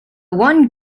one